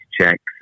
checks